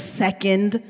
second